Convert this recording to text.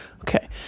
okay